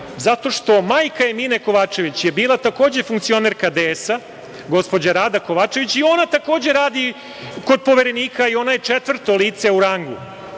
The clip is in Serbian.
zato što majka Emine Kovačević je bila takođe funkcionerka DS, gospođa Rada Kovačević i ona takođe radi kod Poverenika i ona je četvrto lice u rangu,